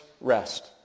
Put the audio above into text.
rest